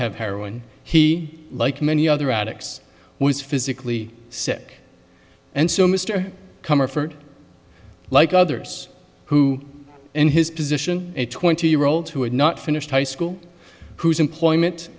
have heroin he like many other radix was physically sick and so mr comfort like others who in his position a twenty year old who had not finished high school whose employment